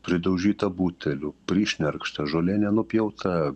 pridaužyta butelių prišnerkšta žolė nenupjauta